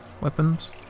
weapons